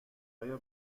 ایا